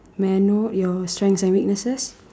may I know your strengths and weaknesses